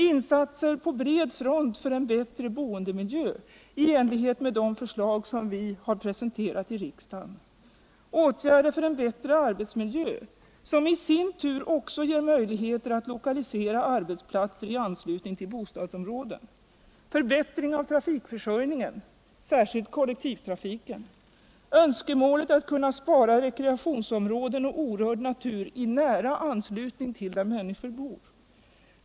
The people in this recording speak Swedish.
Insatser på bred front för en bättre boendemiljö i enlighet med de förslag som vi presenterat i riksdagen. Åtgärder för en bättre arbetsmiljö — som i sin tur också ger möjligheter att lokalisera arbetsplatser i anslutning till bostadsområden. Förbättring av trafikförsörjningen, särskilt kollektivtrafiken. Önskemålet att kunna spara rekreationsområden och orörd natur i nära anslutning till bostadsområdena.